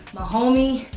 homie,